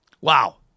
Wow